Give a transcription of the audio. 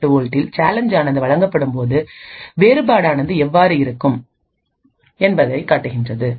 08 வோல்ட்டில் சேலஞ்ச் ஆனது வழங்கப்பட்டபோது வேறுபாடானது எவ்வாறு இருக்கும் என்பதை காட்டுகிறது